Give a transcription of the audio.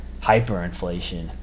hyperinflation